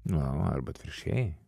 na arba atvirkščiai